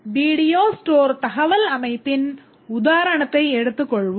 video store தகவல் அமைப்பின் உதாரணத்தை எடுத்துக் கொள்வோம்